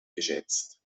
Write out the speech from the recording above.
geschätzt